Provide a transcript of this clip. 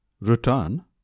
return